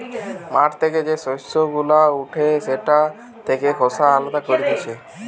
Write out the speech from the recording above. মাঠ থেকে যে শস্য গুলা উঠে সেটা থেকে খোসা আলদা করতিছে